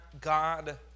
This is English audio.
God